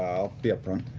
i'll be up front.